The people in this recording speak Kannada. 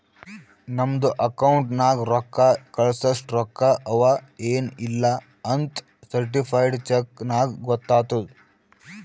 ನಮ್ದು ಅಕೌಂಟ್ ನಾಗ್ ರೊಕ್ಕಾ ಕಳ್ಸಸ್ಟ ರೊಕ್ಕಾ ಅವಾ ಎನ್ ಇಲ್ಲಾ ಅಂತ್ ಸರ್ಟಿಫೈಡ್ ಚೆಕ್ ನಾಗ್ ಗೊತ್ತಾತುದ್